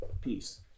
peace